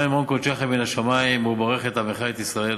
ממעון קדשך מן השמים וברך את עמך את ישראל